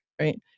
Right